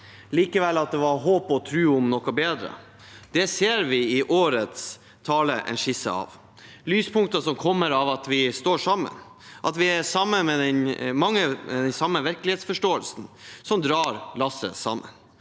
likevel var håp om og tro på noe bedre. Det ser vi i årets tale en skisse av: lyspunkter som kommer av at vi står sammen, at vi er mange med den samme virkelighetsforståelsen som drar lasset sammen.